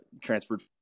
Transferred